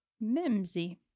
Mimsy